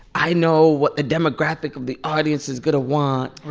i know what the demographic of the audience is going to want.